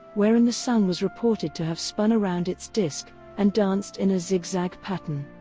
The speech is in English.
wherein the sun was reported to have spun around its disc and danced in a zigzag pattern.